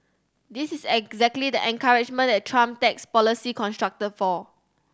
this is exactly the encouragement that Trump tax policy constructed for